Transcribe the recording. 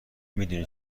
میدونی